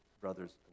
brothers